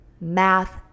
math